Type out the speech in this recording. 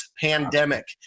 pandemic